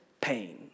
pain